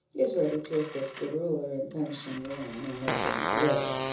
is ready to assist the ruler in punishing the one, and laughing at the other.